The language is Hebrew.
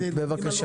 בבקשה.